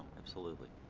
absolutely